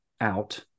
out